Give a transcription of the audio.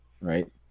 Right